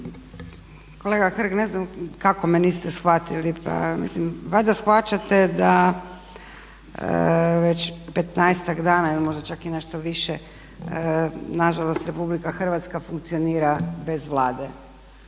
Kolega Hrg, ne znam kako me niste shvatili. Pa mislim, valjda shvaćate da već petnaestak dana ili možda čak i nešto više, na žalost Republika Hrvatska funkcionira bez Vlade.